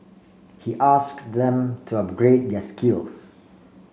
he ask them to upgrade their skills